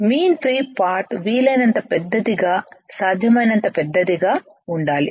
mean free path వీలైనంత పెద్దదిగా సాధ్యమైనంత పెద్దదిగా ఉండాలి